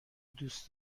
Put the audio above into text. دوست